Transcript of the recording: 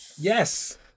Yes